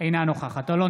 אינה נוכחת אלון